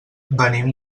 venim